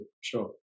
sure